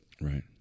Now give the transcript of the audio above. Right